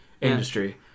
industry